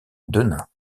denain